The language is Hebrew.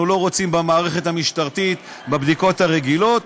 לא רוצים במערכת המשטרתית בבדיקות הרגילות,